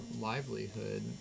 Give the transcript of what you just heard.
livelihood